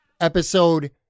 Episode